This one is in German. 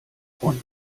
und